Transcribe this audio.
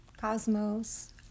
cosmos